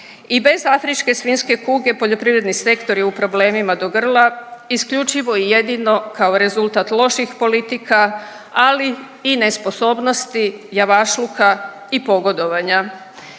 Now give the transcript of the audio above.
I bez afričke svinjske kuge poljoprivredni sektor je u problemima do grla, isključivo i jedino kao rezultat loših politika ali i nesposobnosti, javašluka i pogodovanja.